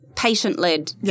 patient-led